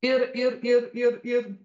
ir ir ir ir ir